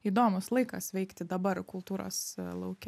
įdomus laikas veikti dabar kultūros lauke